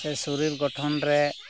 ᱥᱮ ᱦᱚᱲᱢᱚ ᱜᱚᱲᱦᱚᱱ ᱨᱮ